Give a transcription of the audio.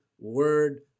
Word